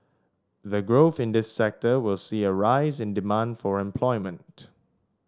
the growth in this sector will see a rise in demand for employment